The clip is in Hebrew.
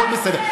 הכול בסדר.